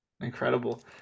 incredible